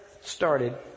started